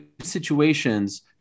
situations